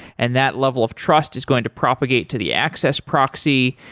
and that level of trust is going to propagate to the access proxy,